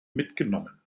mitgenommen